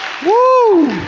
Woo